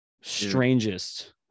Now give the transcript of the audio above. strangest